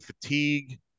fatigue